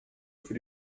für